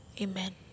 Amen